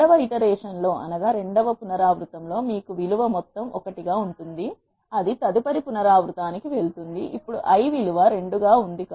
రెండవ పునరావృతం లో మీకు విలువ మొత్తం ఒకటిగా ఉంటుంది అది తదుపరి పునరావృతానికి వెళుతుంది ఇప్పుడు i విలువ 2 గా ఉంది